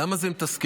למה זה מתסכל?